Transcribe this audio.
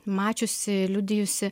mačiusi liudijusi